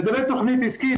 לגבי תכנית עסקית,